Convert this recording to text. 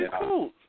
cool